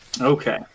Okay